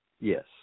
Yes